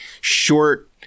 short